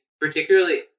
particularly